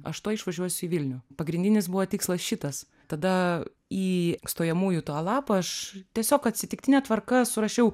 aš tuoj išvažiuosiu į vilnių pagrindinis buvo tikslas šitas tada į stojamųjų tą lapą aš tiesiog atsitiktine tvarka surašiau